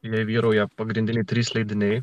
ir vyrauja pagrindiniai trys leidiniai